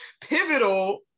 pivotal